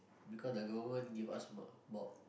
because the government give us a~ about